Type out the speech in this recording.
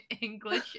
English